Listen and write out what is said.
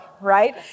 right